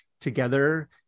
together